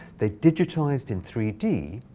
they digitized in three d,